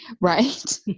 Right